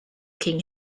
king